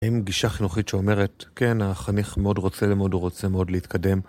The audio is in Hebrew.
עם גישה חינוכית שאומרת, כן, החניך מאוד רוצה ללמוד, הוא רוצה מאוד להתקדם.